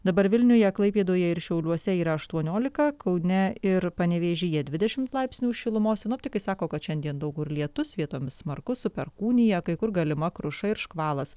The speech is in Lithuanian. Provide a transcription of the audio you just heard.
dabar vilniuje klaipėdoje ir šiauliuose yra aštuoniolika kaune ir panevėžyje dvidešim laipsnių šilumos sinoptikai sako kad šiandien daug kur lietus vietomis smarkus su perkūnija kai kur galima kruša ir škvalas